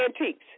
antiques